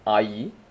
IE